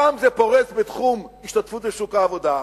פעם זה פורץ בתחום ההשתתפות בשוק העבודה,